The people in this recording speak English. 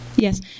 Yes